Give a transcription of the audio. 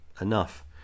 enough